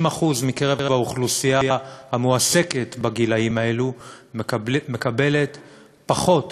60% מקרב האוכלוסייה המועסקת בגילים האלה מקבלים פחות